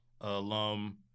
alum